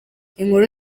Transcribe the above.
inkuru